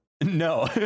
No